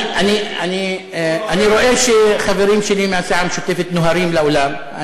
אני רואה שחברים שלי מהסיעה המשותפת נוהרים לאולם,